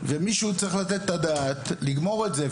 ומישהו צריך לתת את הדעת איך לסיים עם זה.